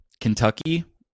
Kentucky